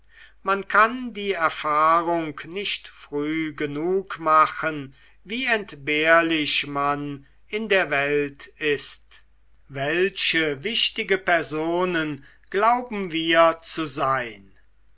man kann die erfahrung nicht früh genug machen wie entbehrlich man in der welt ist welche wichtige personen glauben wir zu sein